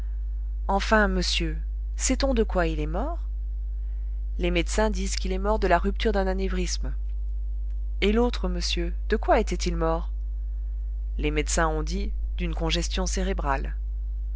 enfin monsieur sait-on de quoi il est mort les médecins disent qu'il est mort de la rupture d'un anévrisme et l'autre monsieur de quoi était-il mort les médecins ont dit d'une congestion cérébrale